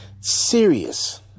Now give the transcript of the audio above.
serious